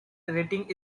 rating